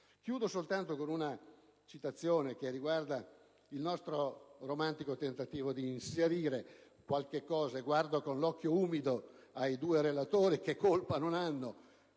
Chiudo soltanto con una citazione che riguarda il nostro romantico tentativo di inserire alcune misure per la montagna. Guardo con l'occhio umido i due relatori, che colpa non hanno.